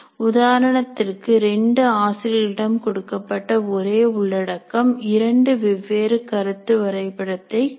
உதாரணத்திற்கு ரெண்டு ஆசிரியர்களிடம் கொடுக்கப்பட்ட ஒரே உள்ளடக்கம் இரண்டு வெவ்வேறு கருத்து வரைபடத்தை கொடுக்கும்